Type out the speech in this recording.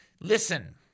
listen